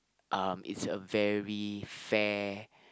um it's a very fair